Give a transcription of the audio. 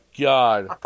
God